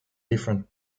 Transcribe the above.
different